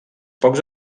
pocs